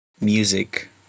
music